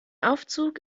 aufzug